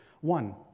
One